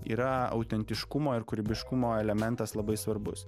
yra autentiškumo ir kūrybiškumo elementas labai svarbus